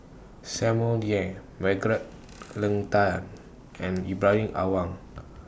Samuel Dyer Margaret Leng Tan and Ibrahim Awang